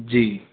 जी